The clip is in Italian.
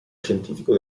scientifico